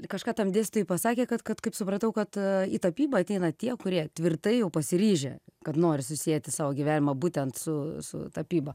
kažką tam dėstytojui pasakė kad kad kaip supratau kad į tapybą ateina tie kurie tvirtai jau pasiryžę kad nori susieti savo gyvenimą būtent su su tapyba